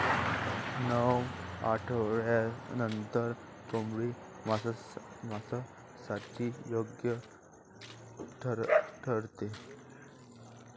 नऊ आठवड्यांनंतर कोंबडी मांसासाठी योग्य ठरते